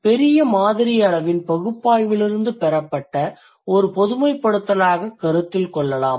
பெரிய மாதிரி அளவின் பகுப்பாய்விலிருந்து பெறப்பட்ட ஒரு பொதுமைப்படுத்தலாகக் கருத்தில் கொள்ளலாம்